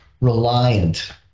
reliant